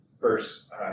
first